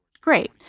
great